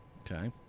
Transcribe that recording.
okay